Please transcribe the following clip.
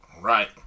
right